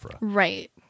Right